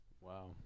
Wow